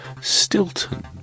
Stilton